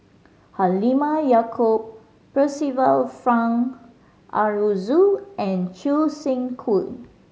Halimah Yacob Percival Frank Aroozoo and Choo Seng Quee